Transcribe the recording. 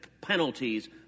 penalties